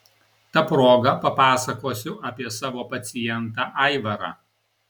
ta proga papasakosiu apie savo pacientą aivarą